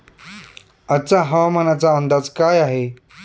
आजचा हवामानाचा अंदाज काय आहे?